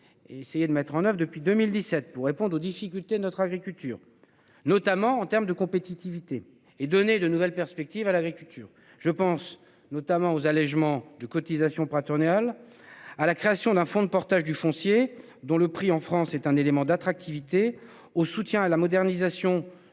Essayé de mettre en oeuvre depuis 2017 pour répondre aux difficultés notre agriculture, notamment en terme de compétitivité et donner de nouvelles perspectives à l'agriculture, je pense notamment aux allégements de cotisations pour a tourné à l'à la création d'un fonds de portage du foncier dont le prix en France est un élément d'attractivité au soutien à la modernisation